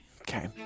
okay